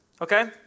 okay